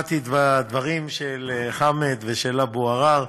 שמעתי את הדברים של חמד ושל אבו עראר,